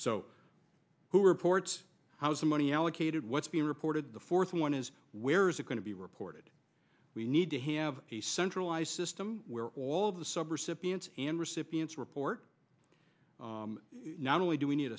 so who reports how some money allocated what's being reported the fourth one is where is it going to be reported we need to have a centralized system where all of the sub recipients and recipients report not only do we need